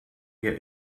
mir